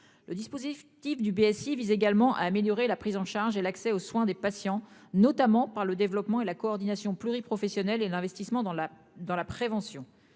Le dispositif du BSI vise également à améliorer la prise en charge et l'accès aux soins des patients notamment par le développement et la coordination pluri-professionnelles et l'investissement dans la dans la prévention.